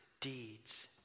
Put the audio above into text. deeds